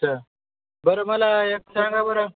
अच्छा बरं मला एक सांगा बरं